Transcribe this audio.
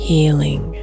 Healing